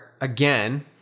again